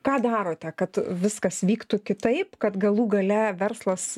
ką darote kad viskas vyktų kitaip kad galų gale verslas